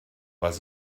was